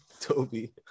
Toby